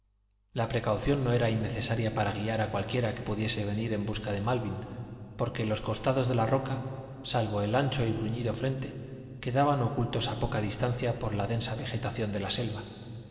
la precaución no era innecesaria para guiar a cualquiera que pudiese venir en busca de malvin porque los costados de la roca salvo el ancho y bruñido frente quedaban ocultos a poca distancia por la densa vegetación de la selva